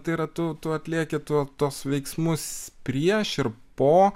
tai yra tu tu atlieki tu tuos veiksmus prieš ir po